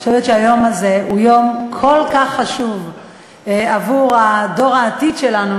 אני חושבת שהיום הזה הוא יום כל כך חשוב עבור דור העתיד שלנו,